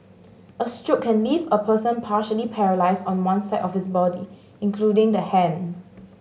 a stroke can leave a person partially paralysed on one side of his body including the hand